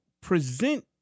present